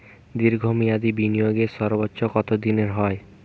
দীর্ঘ মেয়াদি বিনিয়োগের সর্বোচ্চ কত দিনের হয়?